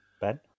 Ben